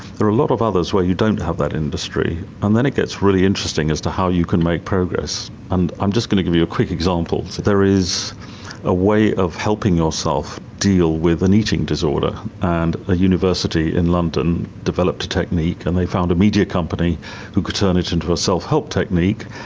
there are a lot of others where you don't have that industry, and then it gets really interesting as to how you can make progress. and i'm just going to give you a quick example. so there is a way of helping yourself deal with an eating disorder, and a university in london developed a technique and they found a media company who could turn it into a self-help technique,